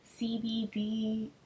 CBD